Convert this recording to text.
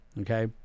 okay